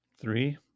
Three